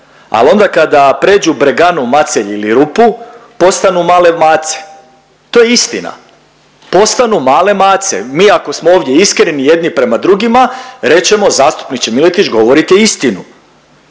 ali onda kada pređu Breganu, Macelj ili Rupu postanu male mace. To je istina. Postanu male mace, mi ako smo ovdje iskreni jedni prema drugima reć ćemo zastupniče Miletić govorite istinu.